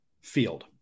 field